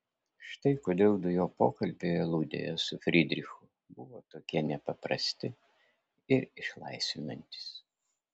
štai kodėl du jo pokalbiai aludėje su frydrichu buvo tokie nepaprasti ir išlaisvinantys